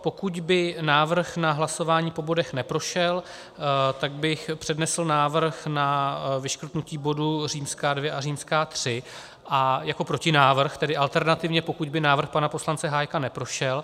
Pokud by návrh na hlasování po bodech neprošel, tak bych přednesl návrh na vyškrtnutí bodů II a III jako protinávrh, tedy alternativně, pokud by návrh pana poslance Hájka neprošel.